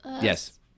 Yes